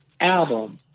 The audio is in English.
album